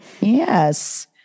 Yes